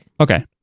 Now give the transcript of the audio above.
Okay